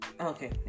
Okay